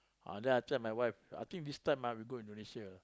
ah then I tell my wife I think this time ah we go Indonesia